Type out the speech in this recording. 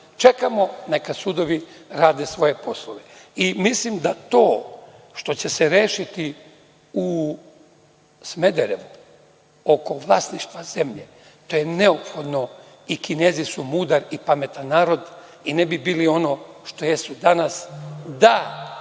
Čekamo neka sudovi rade svoje poslove. Mislim da to što će se rešiti u Smederevu oko vlasništva zemlje je neophodno i Kinezi su mudar i pametan narod i ne bi bili ono što jesu danas da